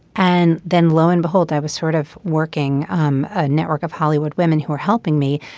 and then lo and behold i was sort of working um a network of hollywood women who were helping me.